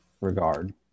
regard